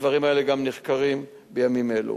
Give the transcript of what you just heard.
הדברים האלה גם נחקרים בימים אלו.